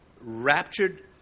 raptured